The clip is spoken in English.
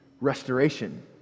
restoration